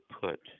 put